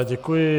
Děkuji.